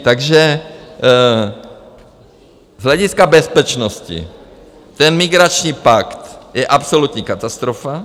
Takže z hlediska bezpečnosti ten migrační pakt je absolutní katastrofa.